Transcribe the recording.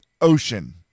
Ocean